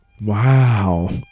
Wow